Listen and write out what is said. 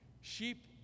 Sheep